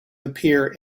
appear